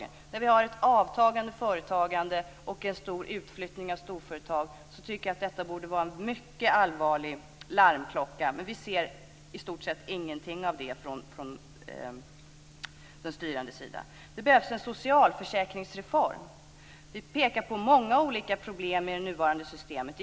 När vi har ett avtagande företagande och en stor utflyttning av storföretag tycker jag att det borde vara en mycket allvarlig larmklocka, men vi ser i stort sett ingenting av detta från de styrandes sida. Det behövs en socialförsäkringsreform. Vi pekar på många olika problem i det nuvarande systemet.